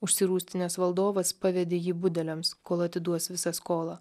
užsirūstinęs valdovas pavedė jį budeliams kol atiduos visą skolą